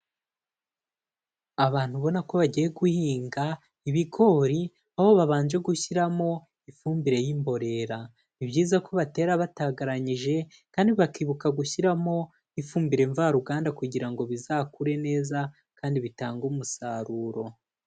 Abantu ubona ko bagiye guhinga ibigori aho babanje gushyiramo ifumbire y'imborera, ni byiza ko batera batagaranyije kandi bakibuka gushyiramo ifumbire mvaruganda kugira ngo bizakure neza kandi bitange umusaruro.